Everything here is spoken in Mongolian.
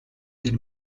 дээр